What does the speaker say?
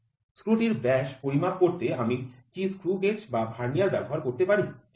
স্ক্রুটির ব্যাস পরিমাপ করতে আমি কি স্ক্রু গেজ বা ভার্নিয়ার ব্যবহার করতে পারি ঠিক আছে